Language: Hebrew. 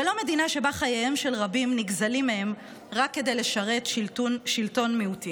ולא מדינה שבה חייהם של רבים נגזלים מהם רק כדי לשרת שלטון מיעוטים.